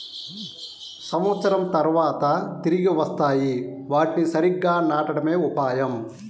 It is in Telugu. సంవత్సరం తర్వాత తిరిగి వస్తాయి, వాటిని సరిగ్గా నాటడమే ఉపాయం